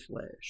flesh